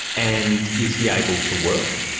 and is he able to work?